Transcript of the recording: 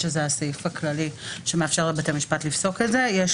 שזה הסעיף הכללי שמאפשר לבית המשפט לפסוק את זה; יש